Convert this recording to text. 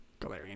Galarian